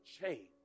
change